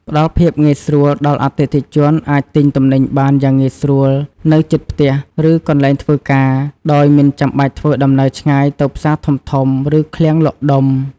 ផ្តល់ភាពងាយស្រួល ដល់អតិថិជនអាចទិញទំនិញបានយ៉ាងងាយស្រួលនៅជិតផ្ទះ ឬកន្លែងធ្វើការ ដោយមិនចាំបាច់ធ្វើដំណើរឆ្ងាយទៅផ្សារធំៗ ឬឃ្លាំងលក់ដុំ។